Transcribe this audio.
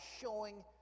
showing